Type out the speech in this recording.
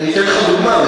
אני אתן לך דוגמה.